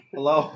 Hello